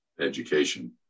education